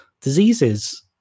Diseases